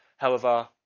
however,